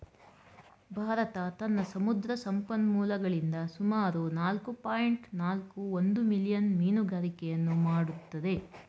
ಭಾರತ ತನ್ನ ಸಮುದ್ರ ಸಂಪನ್ಮೂಲಗಳಿಂದ ಸುಮಾರು ನಾಲ್ಕು ಪಾಯಿಂಟ್ ನಾಲ್ಕು ಒಂದು ಮಿಲಿಯನ್ ಮೀನುಗಾರಿಕೆಯನ್ನು ಮಾಡತ್ತದೆ